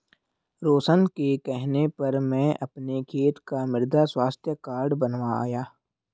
रोशन के कहने पर मैं अपने खेत का मृदा स्वास्थ्य कार्ड बनवाया